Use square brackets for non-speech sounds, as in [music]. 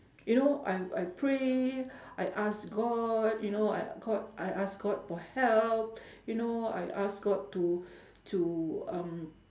you know I I pray [breath] I ask god you know I called I ask god for help [breath] you know I ask god to [breath] to um